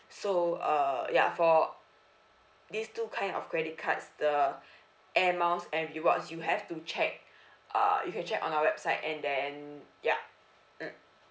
so uh ya for these two kind of credit cards the air miles and rewards you have to check uh you can check on our website and then yup mmhmm